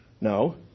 No